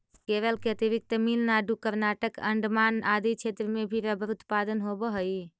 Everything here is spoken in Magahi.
केरल के अतिरिक्त तमिलनाडु, कर्नाटक, अण्डमान आदि क्षेत्र में भी रबर उत्पादन होवऽ हइ